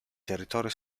territorio